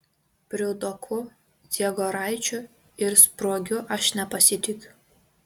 priudoku dziegoraičiu ir spruogiu aš nepasitikiu